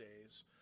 days